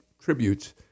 tributes